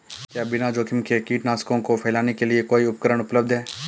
क्या बिना जोखिम के कीटनाशकों को फैलाने के लिए कोई उपकरण उपलब्ध है?